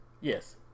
Yes